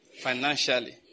financially